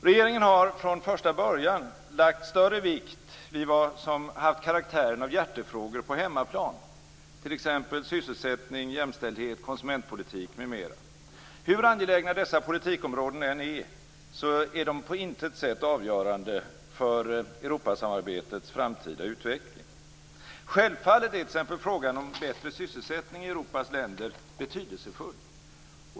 Regeringen har från första början lagt större vikt vid vad som haft karaktären av hjärtefrågor på hemmaplan, t.ex. sysselsättning, jämställdhet, konsumentpolitik m.m. Hur angelägna dessa politikområden än må vara, är de på intet sätt avgörande för Europasamarbetets framtida utveckling. Självfallet är t.ex. frågan om en bättre sysselsättning i Europas länder betydelsefull.